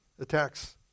attacks